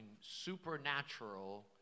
supernatural